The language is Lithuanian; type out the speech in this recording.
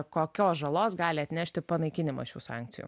kokios žalos gali atnešti panaikinimas šių sankcijų